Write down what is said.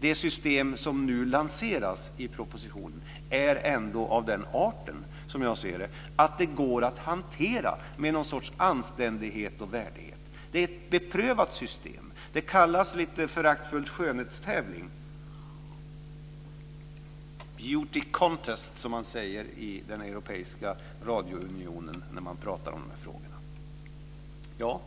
det system som nu lanseras i propositionen är ändå av den arten, som jag ser det, att det går att hantera med någon sorts anständighet och värdighet. Det är ett beprövat system. Det kallas lite föraktfullt för skönhetstävling - beauty contest, som man säger i den europeiska radiounionen när man talar om dessa frågor.